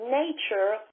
nature